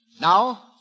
Now